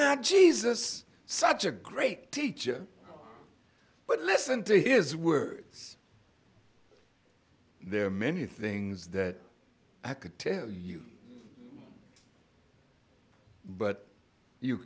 jesus such a great teacher but listen to his words there are many things that i could tell you but you